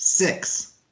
Six